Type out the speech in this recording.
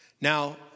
Now